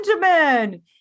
Benjamin